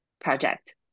project